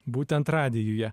būtent radijuje